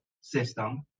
system